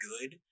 good